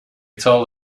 told